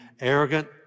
arrogant